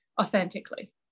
authentically